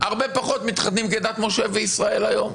הרבה פחות מתחתנים כדת משה וישראל היום.